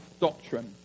doctrine